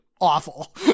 awful